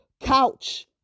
couch